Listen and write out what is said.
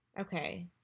Okay